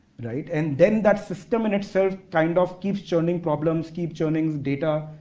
and then that system in itself kind of keeps churning problems, keep churning data,